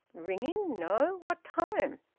ringing? no! what time?